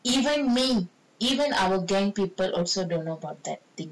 even me even our gang people also don't know about that thing